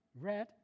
red